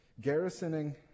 garrisoning